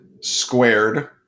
squared